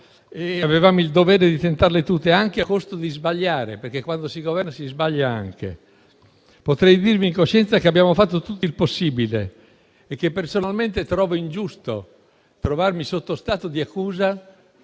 Avevamo il dovere di tentarle tutte, anche a costo di sbagliare perché, quando si governa, si sbaglia anche. Potrei dirvi in coscienza che abbiamo fatto tutto il possibile e che personalmente trovo ingiusto trovarmi in stato di accusa,